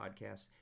Podcasts